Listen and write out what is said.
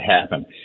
happen